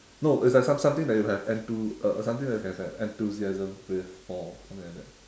no it's like some~ something that you have enthu~ uh something that you have an enthusiasm with for something like that